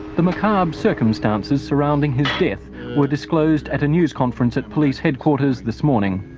the macabre circumstances surrounding his death were disclosed at a news conference at police headquarters this morning.